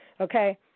Okay